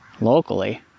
locally